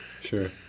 Sure